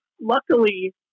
luckily